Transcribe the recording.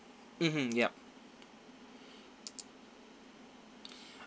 mmhmm yup